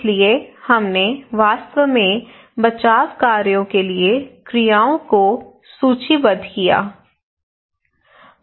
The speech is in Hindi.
इसलिए हमने वास्तव में बचाव कार्यों के लिए क्रियाओं को सूचीबद्ध किया